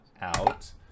out